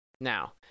Now